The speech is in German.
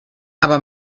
aber